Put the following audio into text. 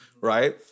right